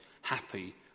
happy